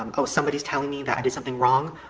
um oh, somebody's telling me that i did something wrong?